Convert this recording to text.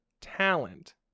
talent